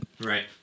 Right